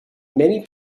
many